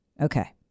Okay